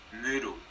Moodle